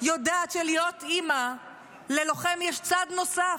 יודעת שלהיות אימא ללוחם יש צד נוסף.